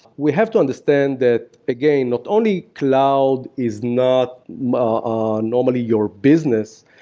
we have to understand that, again, not only cloud is not ah normally your business,